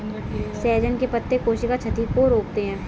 सहजन के पत्ते कोशिका क्षति को रोकते हैं